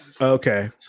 Okay